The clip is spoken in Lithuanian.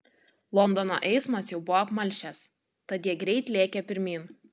londono eismas jau buvo apmalšęs tad jie greit lėkė pirmyn